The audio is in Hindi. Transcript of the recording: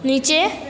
नीचे